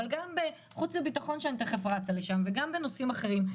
אבל גם בחוץ וביטחון שאני מיד רצה לשם וגם בנושאים אחרים,